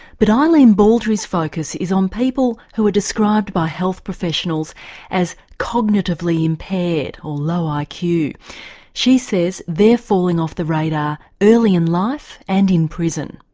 but eileen baldry's focus is on people who are described by health professionals as cognitively impaired or low ah like iq. she says they're falling off the radar early in life and in prison.